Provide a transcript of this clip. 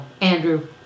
Andrew